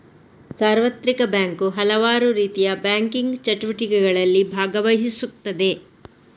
ಸಾರ್ವತ್ರಿಕ ಬ್ಯಾಂಕು ಹಲವಾರುರೀತಿಯ ಬ್ಯಾಂಕಿಂಗ್ ಚಟುವಟಿಕೆಗಳಲ್ಲಿ ಭಾಗವಹಿಸುತ್ತದೆ